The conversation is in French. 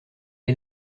est